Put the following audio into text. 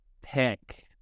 pick